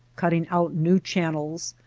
cutting out new channels,